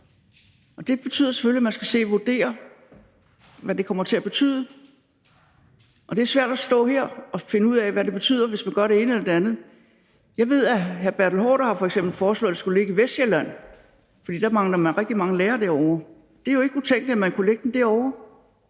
Det betyder selvfølgelig, at man skal se på og vurdere, hvad det kommer til at betyde. Og det er svært at stå her og finde ud af, hvad det kommer til at betyde, hvis man gør det ene eller det andet. Jeg ved, at hr. Bertel Haarder f.eks. har foreslået, at uddannelsen skulle ligge i Vestsjælland, for derovre mangler man rigtig mange lærere. Det er jo ikke utænkeligt, at man kunne lægge den derovre.